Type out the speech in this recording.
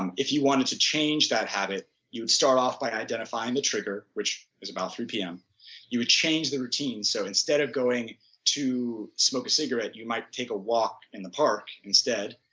um if you wanted to change that habit you would start off by identifying the trigger which is about three zero pm you would change the routine so instead of going to smoke a cigarette you might take a walk in the park instead.